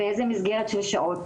באיזה מסגרת של שעות,